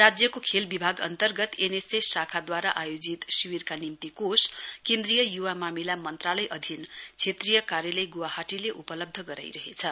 राज्यको खेल विभाग अन्तर्गत एनएसएस शाखाद्वारा आयोजित शिविरका निम्ति कोष केन्द्रीय य्वा मामिला मन्त्रालय अधिन क्षेत्रीय कार्यालय गुवाहाटीले उपलब्ध गराइरहेछ